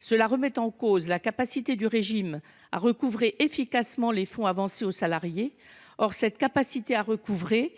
Cela remet en cause la capacité du régime à recouvrer efficacement les fonds avancés aux salariés, or cette capacité à recouvrer,